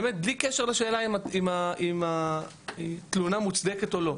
באמת, בלי קשר לשאלה אם התלונה מוצדקת או לא.